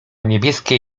niebieskie